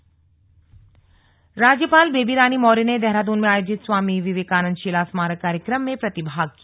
राज्यपाल राज्यपाल बेबी रानी मौर्य ने देहरादून में आयोजित स्वामी विवेकानंद शिला स्मारक कार्यक्रम में प्रतिभाग किया